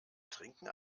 trinken